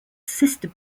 sister